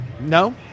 No